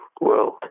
world